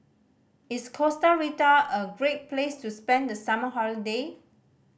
is Costa Rica a great place to spend the summer holiday